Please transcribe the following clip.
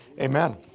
Amen